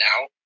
now